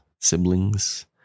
siblings